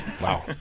Wow